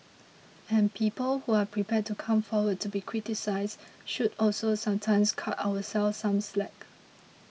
and people who are prepared to come forward to be criticised should also sometimes cut ourselves some slack